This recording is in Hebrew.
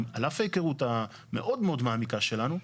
על אף ההיכרות המאוד מאוד מעמיקה שלנו,